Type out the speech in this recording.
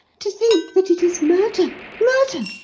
to think that it is murder murder!